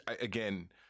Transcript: again